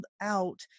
out